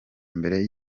mbere